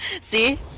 See